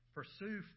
Pursue